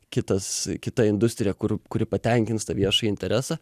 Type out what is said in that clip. kitas kita industrija kur kuri patenkins tą viešąjį interesą